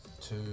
two